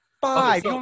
Five